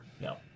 No